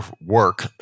work